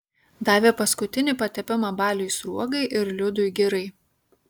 davė paskutinį patepimą baliui sruogai ir liudui girai